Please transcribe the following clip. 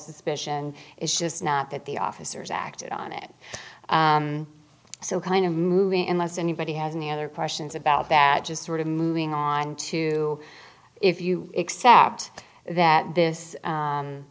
suspicion is just not that the officers acted on it so kind of moving and less anybody has any other parsons about that just sort of moving on to if you accept that this